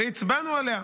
והצבענו עליה.